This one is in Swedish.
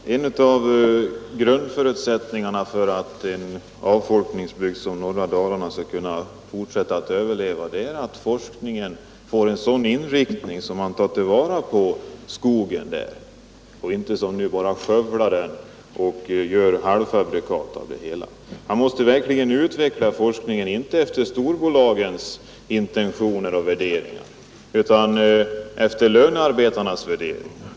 Herr talman! En av grundförutsättningarna för att en avfolkningsbygd som norra Dalarna skall kunna överleva är att forskningen får en sådan inriktning att man kan ta till vara skogen och att man inte som nu bara skövlar den och använder den till halvfabrikat. Forskningen måste verkligen utvecklas — inte efter storbolagens intentioner utan efter lönearbetarnas värderingar.